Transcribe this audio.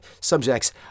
subjects